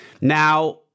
Now